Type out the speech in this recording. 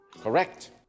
Correct